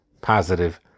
positive